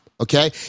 Okay